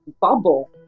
bubble